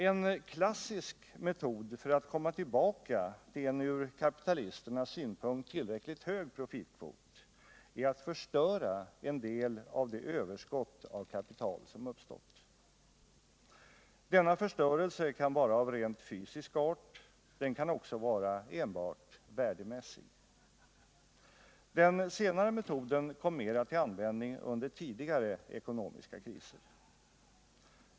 En klassisk metod för att komma tillbaka till en ur kapitalisternas synpunkt tillräckligt hög profitkvot är att förstöra en del av det överskott av kapital som uppstått. Denna förstörelse kan vara av rent fysisk art, den kan också vara enbart värdemässig. Den senare metoden kom mera till användning under tidigare ekonomiska kriser.